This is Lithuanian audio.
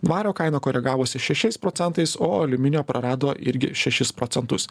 vario kaina koregavosi šešiais procentais o aliuminio prarado irgi šešis procentus